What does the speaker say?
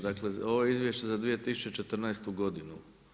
Dakle, ovo je izvješće za 2014. godinu.